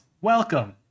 welcome